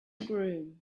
groom